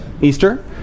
Easter